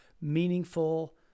meaningful